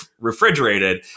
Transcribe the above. refrigerated